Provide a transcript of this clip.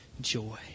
joy